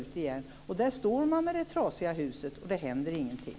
Då står man där med det trasiga huset och det händer ingenting.